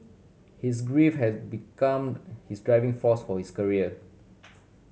his grief has become his driving force for his career